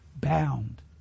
bound